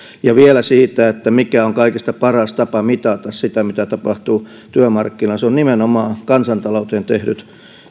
ja vielä siitä mikä on kaikista paras tapa mitata sitä mitä tapahtuu työmarkkinoilla se on nimenomaan kansantalouteen tehdyt